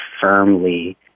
firmly